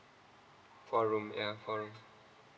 four room yeah four room